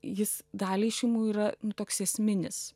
jis daliai šeimų yra toks esminis